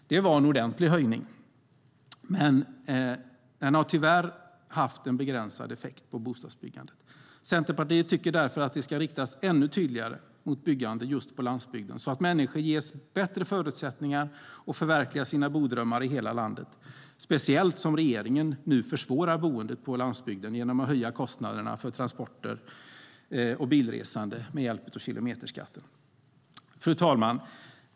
Det var en ordentlig höjning, men den har tyvärr haft en begränsad effekt på bostadsbyggandet. Centerpartiet tycker därför att de ska riktas ännu tydligare mot byggande just på landsbygden så att människor ges bättre förutsättningar att förverkliga sina bodrömmar i hela landet. Det gäller speciellt som regeringen nu försvårar boendet på landsbygden genom att höja kostnader för transporter och bilresande med hjälp av kilometerskatten. Fru talman!